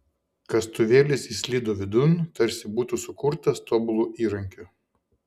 kastuvėlis įslydo vidun tarsi būtų sukurtas tobulu įrankiu